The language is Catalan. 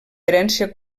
herència